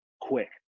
quick